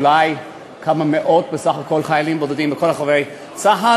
אולי כמה מאות חיילים בודדים בסך הכול בכל רחבי צה"ל,